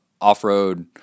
off-road